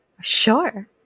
Sure